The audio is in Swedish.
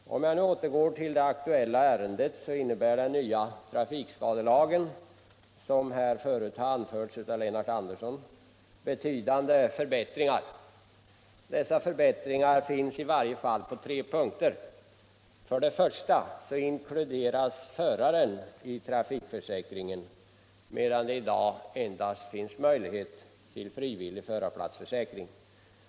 Den nya trafikskadelagen innebär, som här förut har anförts av herr Lennart Andersson, betydande förbättringar. Dessa förbättringar gäller i varje fall tre punkter. För det första inkluderas föraren i trafikförsäkringen, medan det i dag endast finns möjlighet till frivillig förarplatsförsäkring.